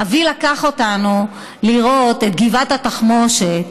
אבי לקח אותנו לראות את גבעת התחמושת,